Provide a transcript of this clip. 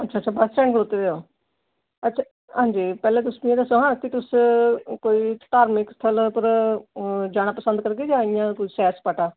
अच्छा अच्छा bus stand खड़ोते दे ओ अच्छा हांजी पैह्लें तुस मिगी एह् दस्सो हां तुस कोई धार्मिक स्थल उप्पर जाना पसंद करगे जां इ'यां कोई सैर सपाटा